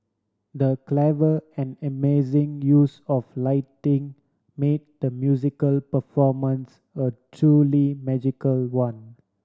the clever and amazing use of lighting made the musical performance a truly magical one